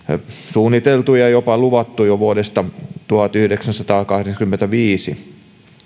suunniteltu ja jopa luvattu jo vuodesta tuhatyhdeksänsataakahdeksankymmentäviisi